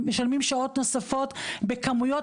משלמים שעות נוספות בכמויות,